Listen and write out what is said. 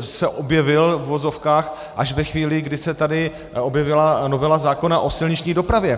se objevil, v uvozovkách, až ve chvíli, kdy se tady objevila novela zákona o silniční dopravě.